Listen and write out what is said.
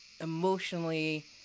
emotionally